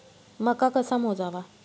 मका कसा मोजावा?